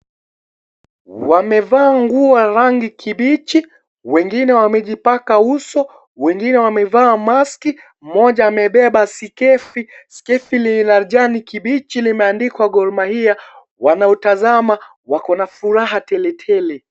Wamevaa nguo ya rangi kibichi wengine wamejipaka uso wengine wamevaa maski, mmoja amebeba sikefi, skefi ni la kijani kibichi limeandikwa Gormahia wanautazama wako na furaha tele tele.